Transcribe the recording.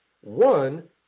One